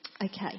Okay